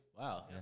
Wow